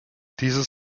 dieses